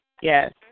Yes